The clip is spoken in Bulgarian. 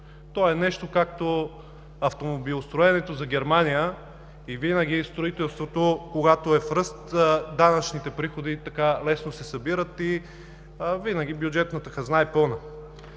То е нещо като автомобилостроенето за Германия и винаги, когато строителството е в ръст, данъчните приходи лесно се събират и винаги бюджетната хазна е пълна.